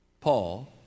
Paul